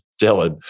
Dylan